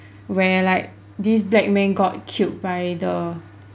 where like this black man got killed by the